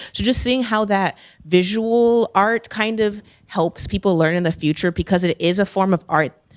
so just seeing how that visual art kind of helps people learn in the future, because it is a form of art,